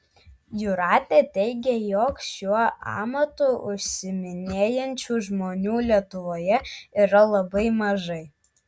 jūratė teigia jog šiuo amatu užsiiminėjančių žmonių lietuvoje yra labai mažai